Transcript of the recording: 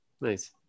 Nice